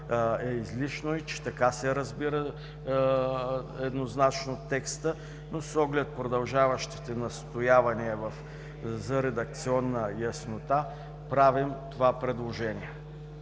е излишно и че така се разбира еднозначно текстът, но с оглед продължаващите настоявания за редакционна яснота, правим това предложение.